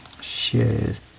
shares